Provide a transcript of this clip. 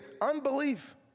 unbelief